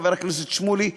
חבר הכנסת שמולי,